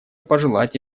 пожелать